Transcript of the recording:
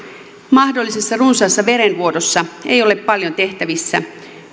mahdollisessa runsaassa verenvuodossa ei ole paljon tehtävissä